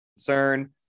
Concern